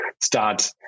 start